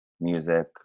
music